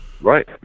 right